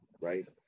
right